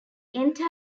entire